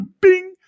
bing